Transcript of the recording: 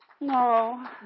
No